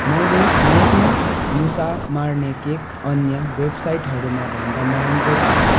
मैले मोर्टिन मुसा मार्ने केक अन्य वेबसाइटहरूमा भन्दा महँगो पाएँ